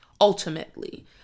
ultimately